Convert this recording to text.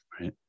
right